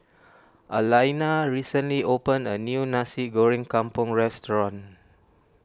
Alaina recently opened a new Nasi Goreng Kampung restaurant